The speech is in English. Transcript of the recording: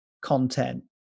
content